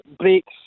breaks